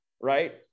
right